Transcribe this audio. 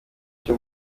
cyo